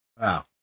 Wow